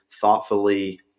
thoughtfully